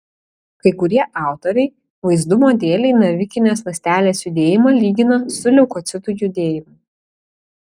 kai kurie autoriai vaizdumo dėlei navikinės ląstelės judėjimą lygina su leukocitų judėjimu